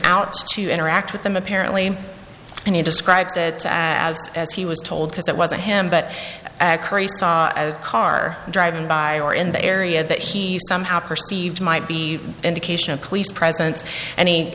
out to interact with them apparently and he described it as as he was told because it wasn't him but he saw a car driving by or in the area that he somehow perceived might be indication of police presence and